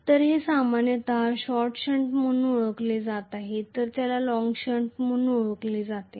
तर हे सामान्यतः शॉर्ट शंट म्हणून ओळखले जाते तर त्याला लॉन्ग शंट म्हणून ओळखले जाते